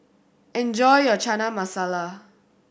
enjoy your Chana Masala